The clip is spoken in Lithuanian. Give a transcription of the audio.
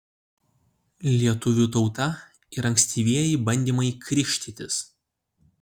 lietuvių tauta ir ankstyvieji bandymai krikštytis